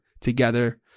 together